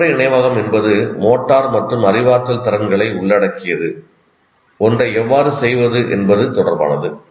நடைமுறை நினைவகம் என்பது மோட்டார் மற்றும் அறிவாற்றல் திறன்களை உள்ளடக்கிய ஒன்றை எவ்வாறு செய்வது என்பது தொடர்பானது